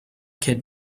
kid